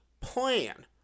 plan